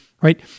right